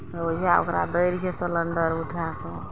तऽ तहिया ओकरा दै रहियै सलेण्डर उठा कऽ